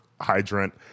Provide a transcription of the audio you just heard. hydrant